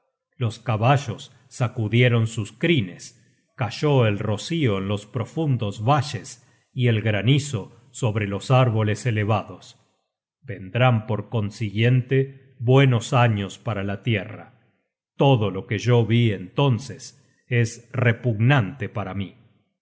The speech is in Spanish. los caballos sacudieron sus crines cayó el rocio en los profundos valles y el granizo sobre los árboles elevados vendrán por consiguiente buenos años para la tierra todo lo que yo ví entonces es repugnante para mí